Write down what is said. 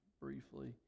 briefly